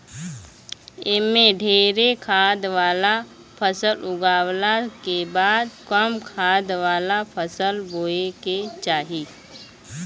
एमे ढेरे खाद वाला फसल उगावला के बाद कम खाद वाला फसल बोए के चाही